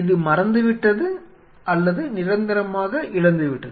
இது மறந்து விட்டது அல்லது நிரந்தரமாக இழந்துவிட்டது